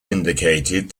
indicated